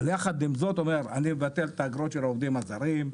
אבל יחד עם זאת אומר 'אני מבטל את האגרות של העובדים הזרים,